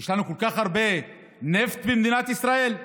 לנו כל כך הרבה נפט במדינת ישראל?